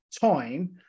time